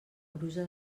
brusa